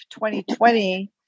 2020